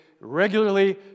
regularly